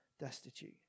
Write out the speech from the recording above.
destitute